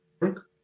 work